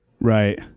Right